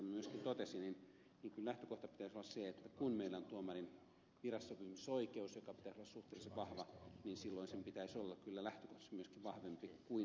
söderman myöskin totesi kyllä lähtökohdan pitäisi olla se että kun meillä on tuomarin virassapysymisoikeus jonka pitäisi olla suhteellisen vahva niin silloin sen pitäisi kyllä olla lähtökohtaisesti myöskin vahvempi kuin muun virkamiehen